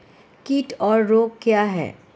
कीट और रोग क्या हैं?